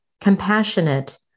compassionate